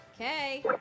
Okay